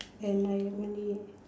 and I only